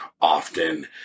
often